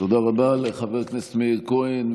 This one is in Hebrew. תודה רבה לחבר הכנסת מאיר כהן,